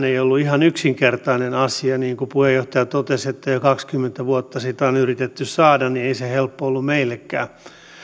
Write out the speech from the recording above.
ei ollut ihan yksinkertainen asia niin kuin puheenjohtaja totesi jo kaksikymmentä vuotta sitä on yritetty saada eikä se helppo ollut meillekään